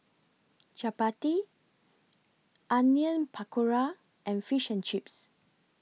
Chapati Onion Pakora and Fish and Chips